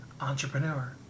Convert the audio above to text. Entrepreneur